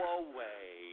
away